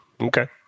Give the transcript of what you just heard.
Okay